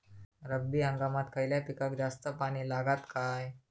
रब्बी हंगामात खयल्या पिकाक जास्त पाणी लागता काय?